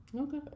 Okay